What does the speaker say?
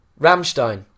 Ramstein